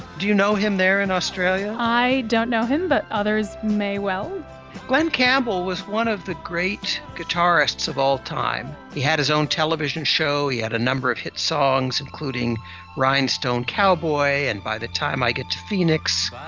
do you know him there in australia? i don't know him but others may well daniel levitin glen campbell was one of the great guitarists of all time he had his own television show, he had a number of hit songs including rhinestone cowboy and by the time i get to phoenix,